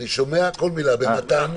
אני שומע כל מילה במתן.